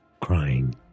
crying